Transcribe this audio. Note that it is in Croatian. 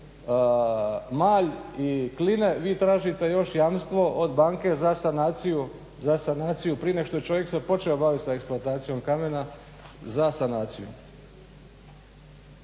malj i kline, vi tražite još jamstvo od banke za sanaciju prije nego što se čovjek počeo bavit sa eksploatacijom kamena za sanaciju.